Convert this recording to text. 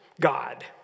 God